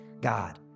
God